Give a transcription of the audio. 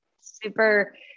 super